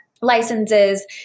licenses